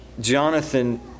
Jonathan